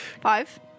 Five